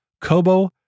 Kobo